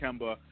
Kemba